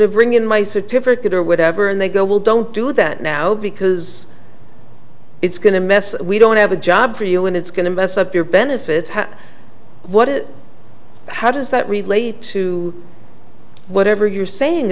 certificate or whatever and they go well don't do that now because it's going to mess we don't have a job for you and it's going to mess up your benefits have what it how does that relate to whatever you're saying